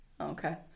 Okay